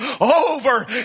over